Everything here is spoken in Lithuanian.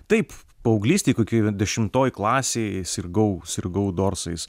taip paauglystėj kokioj dešimtoj klasėj sirgau sirgau dorsais